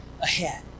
ahead